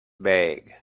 bag